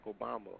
Obama